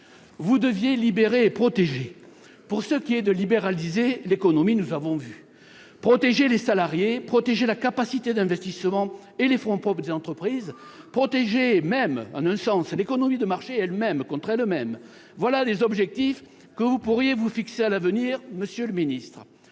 Vous deviez « libérer et protéger ». Pour ce qui est de libéraliser l'économie, nous avons vu ! Protéger les salariés, protéger la capacité d'investissement et les fonds propres des entreprises, et même protéger, en un sens, l'économie de marché contre elle-même, voilà les objectifs que vous pourriez vous fixer à l'avenir, monsieur le ministre